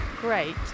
Great